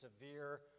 severe